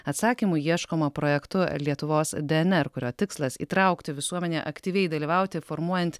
atsakymų ieškoma projektu lietuvos dnr kurio tikslas įtraukti visuomenę aktyviai dalyvauti formuojant